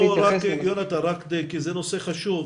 זה נושא חשוב.